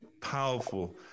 Powerful